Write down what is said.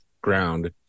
ground